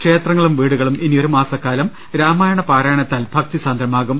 ക്ഷേത്രങ്ങളും വീടുകളും ഇനി ഒരു മാസക്കാലം രാമായണ പാരായണത്താൽ ഭക്തിസാന്ദ്രമാകും